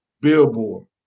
Billboard